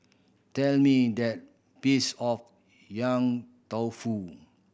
tell me the piece of Yong Tau Foo